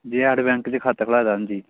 J and bank च खाता खलाए दा हां जी